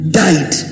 died